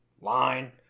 line